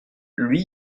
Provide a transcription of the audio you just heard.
lui